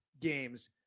games